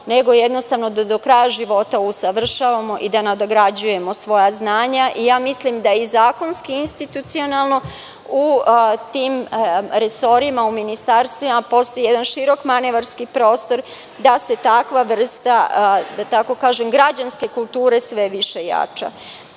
nego jednostavno da do kraja života usavršavamo i da nadograđujemo svoja znanja. Mislim da i zakonski i institucionalno u tim resorima u ministarstvima postoji jedan širok manevarski prostor da se takva vrsta, da tako kažem, građanske kulture sve više